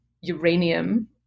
uranium